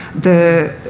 the